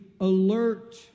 alert